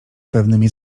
pewnymi